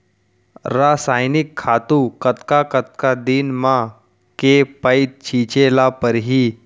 रसायनिक खातू कतका कतका दिन म, के पइत छिंचे ल परहि?